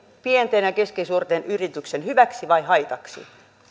pienten ja keskisuurten yritysten hyväksi vai haitaksi